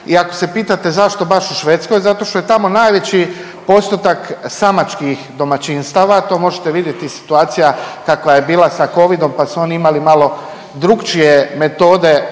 i ako se pitate zašto baš u Švedskoj, zato što je tamo najveći postotak samačkih domaćinstava, to možete vidjeti situacija kakva je bila sa Covidom pa su oni imali malo drugčije metode